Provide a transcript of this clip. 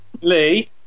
Lee